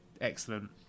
excellent